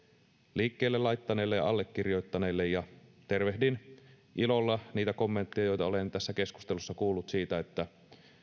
liikkeelle laittaneille ja allekirjoittaneille ja tervehdin ilolla niitä kommentteja joita olen tässä keskustelussa kuullut siitä että